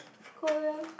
Korea